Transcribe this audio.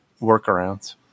workarounds